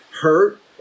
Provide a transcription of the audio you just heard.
hurt